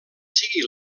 sigui